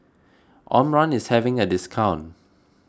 Omron is having a discount